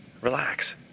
Relax